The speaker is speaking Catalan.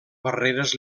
barreres